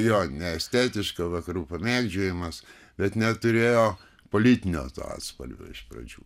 jo neestetiška vakarų pamėgdžiojimas bet neturėjo politinio atspalvio iš pradžių